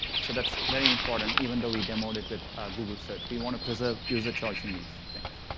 so that's very important even though we demoed it with google search. we want to preserve user choice in these things.